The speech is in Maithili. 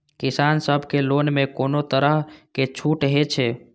किसान सब के लोन में कोनो तरह के छूट हे छे?